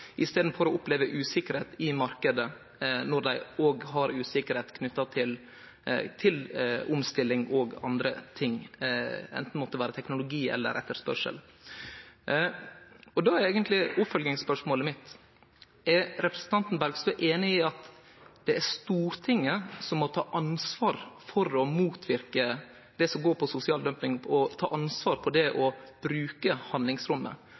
i staden for å oppleve usikkerheit i marknaden når dei òg har usikkerheit knytt til omstilling og andre ting, anten det måtte vere teknologi eller etterspurnad. Då er eigentleg oppfølgingsspørsmålet mitt: Er representanten Bergstø einig i at det er Stortinget som må ta ansvar for å motverke det som går på sosial dumping, ta ansvar for det og bruke handlingsrommet?